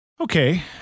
Okay